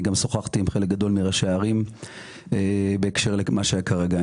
אני גם שוחחתי עם חלק גדול מראשי הערים בהקשר למה שהיה כרגע.